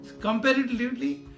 comparatively